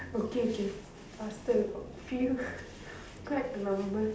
okay K faster few quite a number